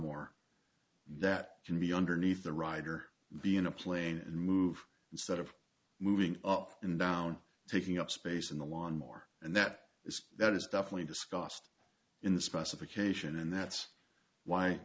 more that can be underneath the rider be in a plane and move instead of moving up and down taking up space in the lawn more and that is that is stuff we discussed in the specification and that's why